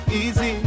easy